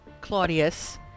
Claudius